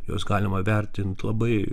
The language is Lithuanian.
juos galima vertint labai